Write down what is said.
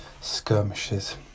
skirmishes